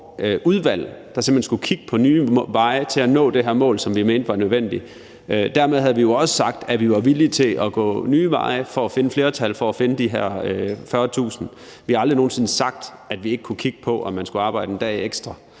simpelt hen skulle kigge på nye veje til at nå det her mål, som vi mente var nødvendigt. Dermed sagde vi jo også, at vi var villige til at gå nye veje for at finde flertal for at finde de her 40.000. Vi har aldrig nogen sinde sagt, at vi ikke kunne kigge på, om man skulle arbejde en dag ekstra.